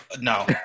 No